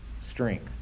strength